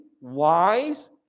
wise